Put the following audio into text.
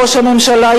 ראש הממשלה,